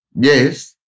Yes